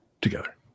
together